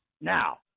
Now